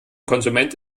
konsument